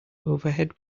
overhead